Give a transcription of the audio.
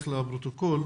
בבקשה.